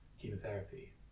chemotherapy